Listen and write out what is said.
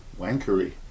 wankery